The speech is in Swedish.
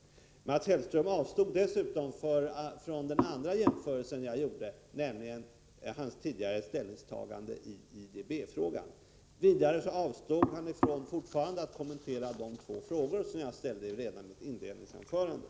Mats Hellström avstod dessutom från att kommentera den andra punkt som jag tog upp, nämligen Mats Hellströms tidigare ställningstagande i IDB-frågan. Vidare avstod han från att kommentera de två frågor som jag ställde redan i mitt inledningsanförande.